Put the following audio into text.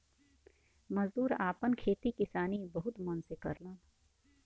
मजदूर आपन खेती किसानी बहुत मन से करलन